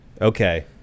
Okay